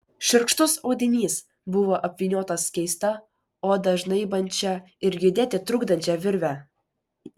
šiurkštus audinys buvo apvyniotas keista odą žnaibančia ir judėti trukdančia virve